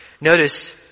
Notice